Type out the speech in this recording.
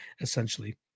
essentially